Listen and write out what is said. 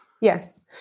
Yes